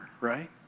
right